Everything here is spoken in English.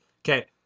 Okay